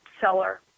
seller